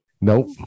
Nope